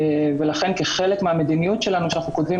ולכן כחלק מהמדיניות שלנו שאנחנו כותבים